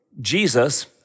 Jesus